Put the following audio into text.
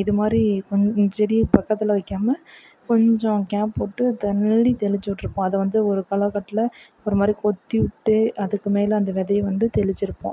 இது மாதிரி கொஞ் இந்த செடிக பக்கத்தில் வைக்காம கொஞ்சம் கேப் விட்டு தள்ளி தெளித்து விட்ருக்கோம் அது வந்து ஒரு களைக்கட்ல ஒரு மாதிரி கொத்தி விட்டு அதுக்கு மேல் அந்த விதைய வந்து தெளித்திருப்போம்